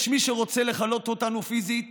יש מי שרוצה לכלות אותנו פיזית